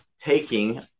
taking